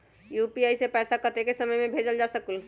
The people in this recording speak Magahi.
यू.पी.आई से पैसा कतेक समय मे भेजल जा स्कूल?